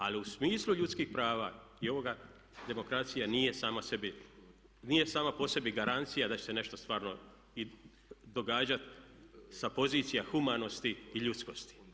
Ali u smislu ljudskih prava i ovoga demokracija nije sama sebi, nije sama po sebi garancija da će se nešto stvarno i događati sa pozicija humanosti i ljudskosti.